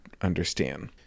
understand